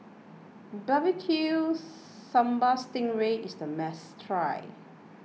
Barbecue Sambal Sting Ray is a must try